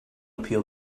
appeal